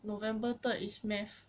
november third is math